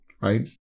right